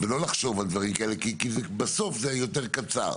לא לחשוב על הדברים האלה כי בסוף זה יותר קצר.